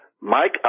Mike